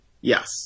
Yes